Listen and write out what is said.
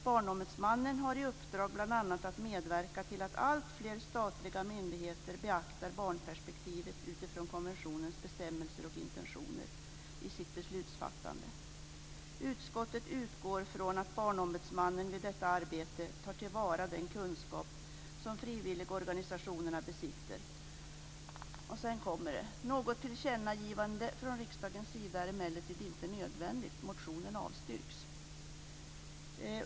Barnombudsmannen har i uppdrag bl.a. att medverka till att alltfler statliga myndigheter beaktar barnperspektivet, utifrån konventionens bestämmelser och intentioner, i sitt beslutsfattande. Utskottet utgår från att Barnombudsmannen vid detta arbete tar till vara den kunskap som frivilligorganisationerna besitter." Sedan kommer det: "Något tillkännagivande från riksdagens sida är emellertid inte nödvändigt. Motionen avstyrks."